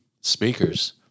speakers